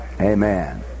Amen